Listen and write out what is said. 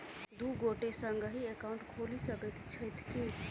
दु गोटे संगहि एकाउन्ट खोलि सकैत छथि की?